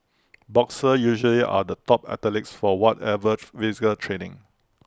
boxers usually are the top athletes for whatever physical training